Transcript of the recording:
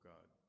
God